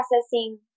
processing